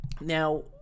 Now